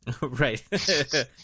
Right